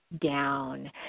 Down